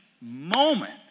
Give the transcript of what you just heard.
moment